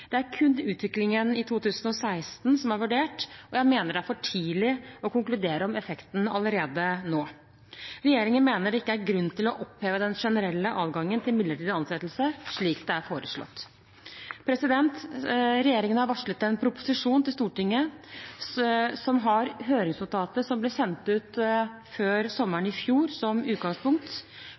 Det er kun utviklingen i 2016 som er vurdert, og jeg mener det er for tidlig å konkludere om effekten allerede nå. Regjeringen mener det ikke er grunn til å oppheve den generelle adgangen til midlertidig ansettelse, slik det er foreslått. Regjeringen har varslet en proposisjon til Stortinget som har høringsnotatet som ble sendt ut før sommeren i fjor, som utgangspunkt.